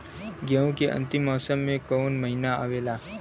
गेहूँ के अंतिम मौसम में कऊन महिना आवेला?